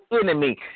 enemy